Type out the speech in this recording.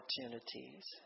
opportunities